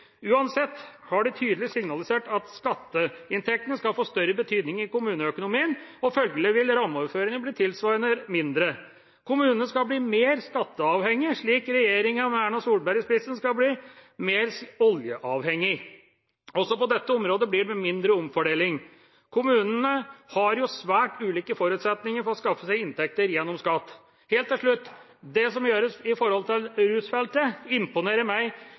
Uansett har de signalisert tydelig at skatteinntektene vil få større betydning i kommuneøkonomien. Følgelig vil rammeoverføringene bli tilsvarende mindre. Kommunene skal bli mer skatteavhengige, slik regjeringa, med Erna Solberg i spissen, skal bli mer oljeavhengig. Også på dette området blir det mindre omfordeling. Kommunene har jo svært ulike forutsetninger for å skaffe seg inntekter gjennom skatt. Helt til slutt: Det som gjøres på rusfeltet, imponerer meg